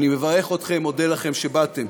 אני מברך אתכם, מודה לכם שבאתם.